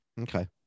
Okay